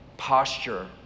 posture